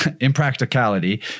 impracticality